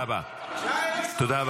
--- תודה רבה.